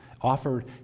offered